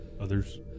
others